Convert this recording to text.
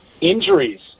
Injuries